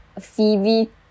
Phoebe